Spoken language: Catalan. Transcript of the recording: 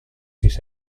sis